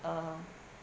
a